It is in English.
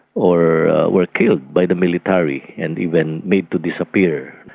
or were killed by the military, and even made to disappear.